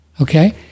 Okay